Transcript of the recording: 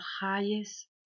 highest